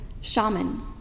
shaman